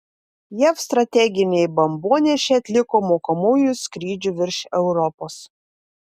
jav strateginiai bombonešiai atliko mokomųjų skrydžių virš europos